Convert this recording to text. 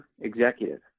executive